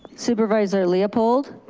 supervisor leopold?